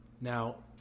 now